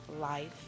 Life